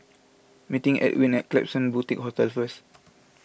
meeting Edwin at Klapsons Boutique Hotel first